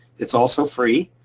it's also free,